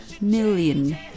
Million